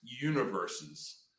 universes